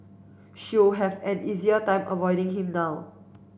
she'll have an easier time avoiding him now